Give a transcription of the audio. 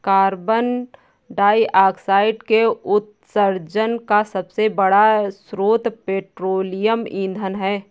carbon dioxide के उत्सर्जन का सबसे बड़ा स्रोत पेट्रोलियम ईंधन है